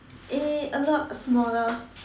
eh a lot smaller